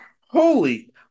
Holy